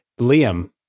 Liam